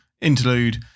interlude